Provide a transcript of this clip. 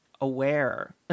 aware